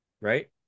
right